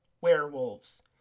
werewolves